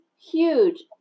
huge